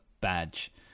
badge